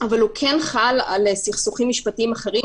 אבל הוא כן חל על סכסוכים משפטיים אחרים,